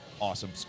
awesome